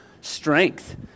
strength